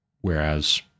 whereas